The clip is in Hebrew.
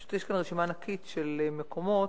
פשוט יש כאן רשימה ענקית של מקומות,